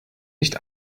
nicht